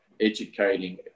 educating